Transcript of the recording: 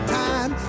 time